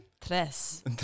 tres